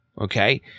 okay